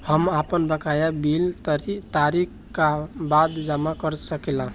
हम आपन बकाया बिल तारीख क बाद जमा कर सकेला?